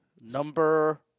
Number